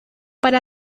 para